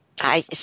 I-